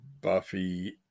Buffy